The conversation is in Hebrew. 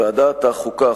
ועדת החוקה,